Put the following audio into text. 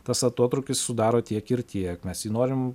tas atotrūkis sudaro tiek ir tiek mes jį norim